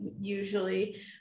usually